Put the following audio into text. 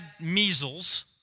measles